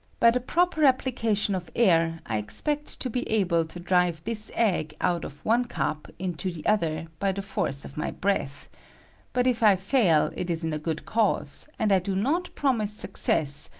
by the proper application of air, i expect to be able to drive this egg out of one cup into the other by the force of my breath but if i fail it is in a good cause, and i do not promise success,